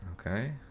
Okay